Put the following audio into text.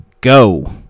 go